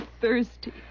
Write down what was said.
thirsty